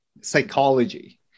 psychology